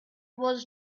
was